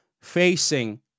facing